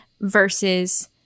versus